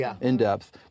in-depth